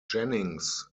jennings